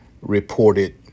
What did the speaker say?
reported